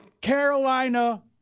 Carolina